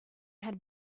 had